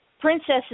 Princesses